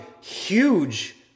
huge